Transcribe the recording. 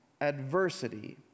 adversity